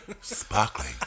Sparkling